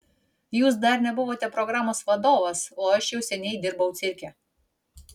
jūs dar nebuvote programos vadovas o aš jau seniai dirbau cirke